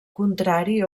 contrari